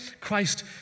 Christ